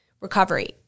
recovery